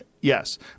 Yes